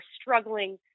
struggling